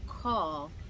call